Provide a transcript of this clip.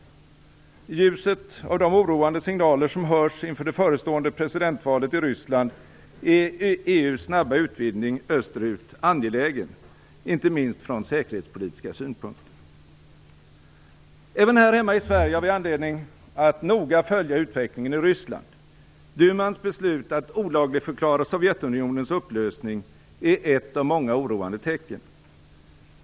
I ljuset av de oroande signaler som hörs inför det förestående presidentvalet i Ryssland, är EU:s snabba utvidgning österut angelägen, inte minst från säkerhetspolitiska synpunkter. Även här hemma i Sverige har vi anledning att noga följa utvecklingen i Ryssland. Dumans beslut att olagligförklara Sovjetunionens upplösning är ett av många oroande tecken.